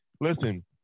Listen